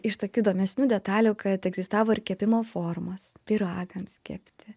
iš tokių įdomesnių detalių kad egzistavo ir kepimo formos pyragams kepti